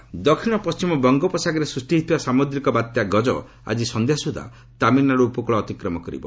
cyclone ଗକ ଦକ୍ଷିଣ ପଶ୍ଚିମ ବଙ୍ଗୋପସାଗରରେ ସୃଷ୍ଟି ହୋଇଥିବା ସାମୁଦ୍ରିକ ବାତ୍ୟା 'ଗଜ' ଆଜି ସନ୍ଧ୍ୟାସୁଦ୍ଧା ତାମିଲନାଡୁ ଉପକୂଳ ଅତିକ୍ରମ କରିବ